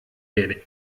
werde